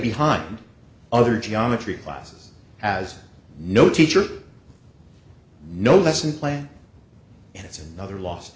behind other geometry classes as no teacher no lesson plan and it's another last